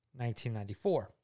1994